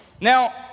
Now